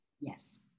Yes